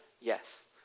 Yes